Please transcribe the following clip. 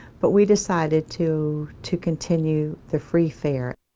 but we decided to to continue the free fare.